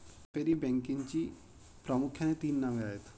व्यापारी बँकेची प्रामुख्याने तीन नावे आहेत